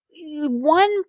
one